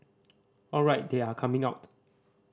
alright they are coming out